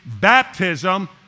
Baptism